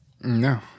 No